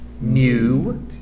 new